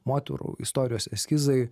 moterų istorijos eskizai